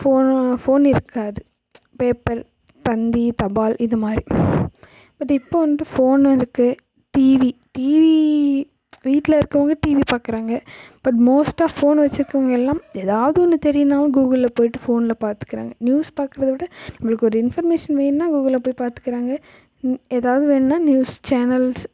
ஃபோனில் ஃபோன் இருக்காது பேப்பர் தந்தி தபால் இதுமாதிரி பட் இப்போ வந்துட்டு ஃபோன் இருக்குது டீவி டீவி வீட்டில் இருக்கறவங்க டீவி பார்க்குறாங்க பட் மோஸ்ட்டாக ஃபோன் வச்சுருக்கவங்க எல்லாம் ஏதாவது ஒன்று தெரியலைன்னாலும் கூகுளில் போயிட்டு ஃபோனில் பார்த்துக்கிறாங்க நியூஸ் பார்க்குறத விட நம்பளுக்கு ஒரு இன்ஃபர்மேஷன் வேணும்னால் கூகுளில் போய் பார்த்துக்கிறாங்க ஏதாவது வேணும்னால் நியூஸ் சேனல்ஸ்